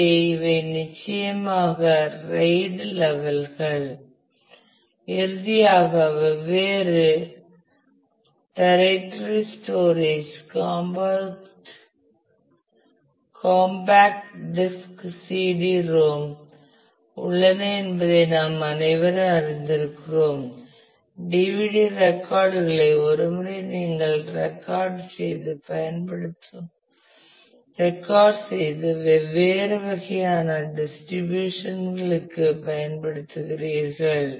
எனவே இவை நிச்சயமாக RAID லெவல்கள் இறுதியாக வெவ்வேறு tertiary storage compact disk CD ROM உள்ளன என்பதை நாம் அனைவரும் அறிந்திருக்கிறோம் டிவிடி ரெக்கார்ட் களை ஒரு முறை நீங்கள் ரெக்கார்ட் செய்து வெவ்வேறு வகையான டிஸ்ட்ரிபியூஷன் க்கு பயன்படுத்துகிறீர்கள்